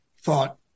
thought